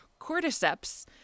cordyceps